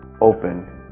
open